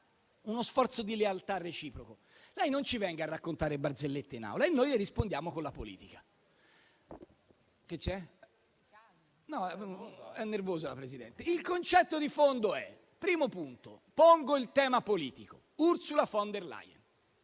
uno sforzo di lealtà reciproco: lei non ci venga a raccontare barzellette in Aula e noi le rispondiamo con la politica. Il concetto di fondo, il primo punto, è il tema politico che pongo. Ursula von der Leyen